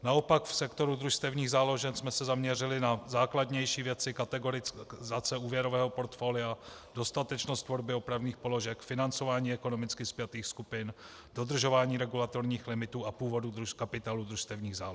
Naopak v sektoru družstevních záložen jsme se zaměřili na základnější věci, kategorizace úvěrového portfolia, dostatečnost tvorby opravných položek, financování ekonomicky spjatých skupin, dodržování regulatorních limitů a původu kapitálu družstevních záložen.